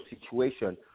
situation